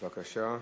בבקשה.